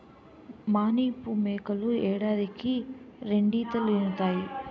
మానిపు మేకలు ఏడాదికి రెండీతలీనుతాయి